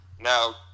now